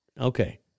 Okay